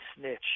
snitch